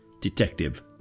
Detective